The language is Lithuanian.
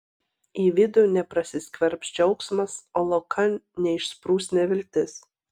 į vidų neprasiskverbs džiaugsmas o laukan neišsprūs neviltis